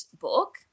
book